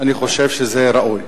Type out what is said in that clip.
אני חושב שזה ראוי.